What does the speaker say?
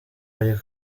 ari